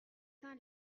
saint